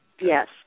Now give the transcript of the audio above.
Yes